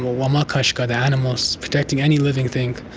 wamakashka, the animals. protecting any living thing,